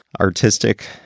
artistic